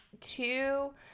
two